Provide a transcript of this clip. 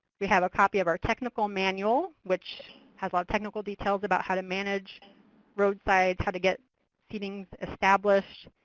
we have a copy of our technical manual, which has a lot of technical details about how to manage roadsides, how to get seedings established,